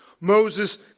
Moses